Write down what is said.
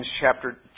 chapter